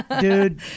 Dude